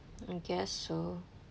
I guess so